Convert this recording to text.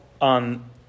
on